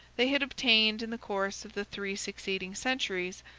they had obtained, in the course of the three succeeding centuries,